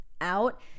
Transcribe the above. out